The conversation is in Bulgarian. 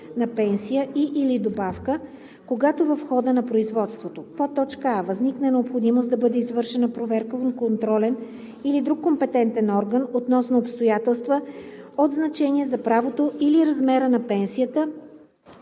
на пенсия и/или добавка, когато в хода на производството: а) възникне необходимост да бъде извършена проверка от контролен или друг компетентен орган относно обстоятелства от значение за правото или размера на